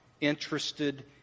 interested